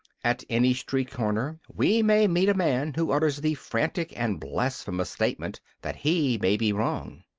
at any street corner we may meet a man who utters the frantic and blasphemous statement that he may be wrong.